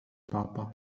papa